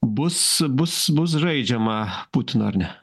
bus bus bus žaidžiama putino ar ne